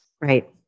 Right